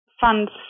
funds